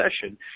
session